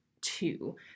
two